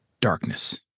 darkness